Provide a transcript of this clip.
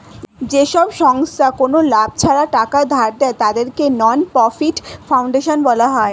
যেসব সংস্থা কোনো লাভ ছাড়া টাকা ধার দেয়, তাদেরকে নন প্রফিট ফাউন্ডেশন বলা হয়